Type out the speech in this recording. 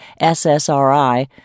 SSRI